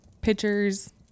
pictures